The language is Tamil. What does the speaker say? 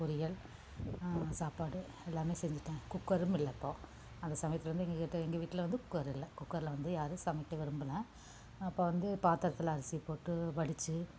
பொரியல் சாப்பாடு எல்லாம் செஞ்சிட்டன் குக்கரும் இல்லை அப்போது அந்த சமயத்தில் வந்து எங்ககிட்ட எங்கள் வீட்டில் வந்து குக்கர் இல்லை குக்கரில் வந்து யாரும் சமைக்க விரும்பல அப்போது வந்து பாத்திரத்துல அரிசி போட்டு வடித்து